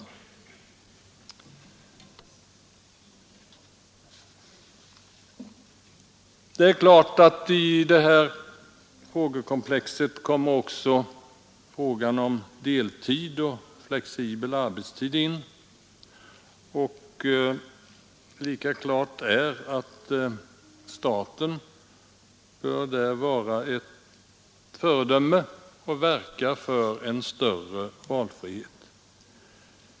I det här problemkomplexet kommer naturligtvis också frågan om deltid och flexibel arbetstid in. Lika klart är att staten där bör vara ett föredöme och verka för en större valfrihet.